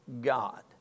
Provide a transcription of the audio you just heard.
God